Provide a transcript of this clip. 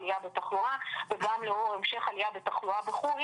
העלייה בתחלואה וגם לאור המשך עלייה בתחלואה בחו"ל,